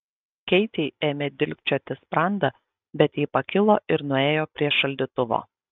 keitei ėmė dilgčioti sprandą bet ji pakilo ir nuėjo prie šaldytuvo